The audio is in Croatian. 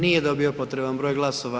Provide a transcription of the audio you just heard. Nije dobio potreban broj glasova.